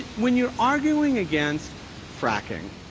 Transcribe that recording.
when you're arguing against fracking,